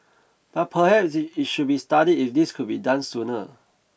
but perhaps it should be studied if this could be done sooner